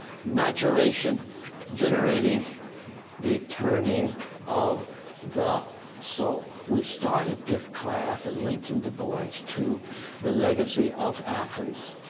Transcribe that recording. maturation generating the turning of the soul. we started this class linking du bois to the legacy of athens.